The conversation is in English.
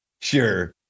sure